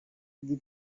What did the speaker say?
the